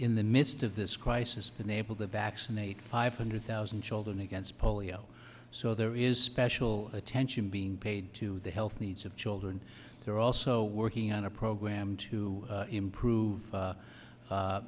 in the midst of this crisis been able to vaccinate five hundred thousand children against polio so there is special attention being paid to the health needs of children they're also working on a program to improve